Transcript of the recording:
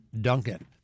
Duncan